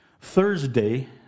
Thursday